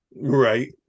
right